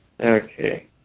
Okay